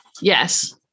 Yes